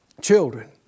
children